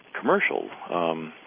commercial